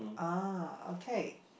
uh okay